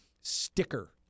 sticker